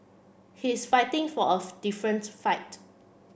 he's fighting for of different fight